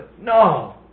No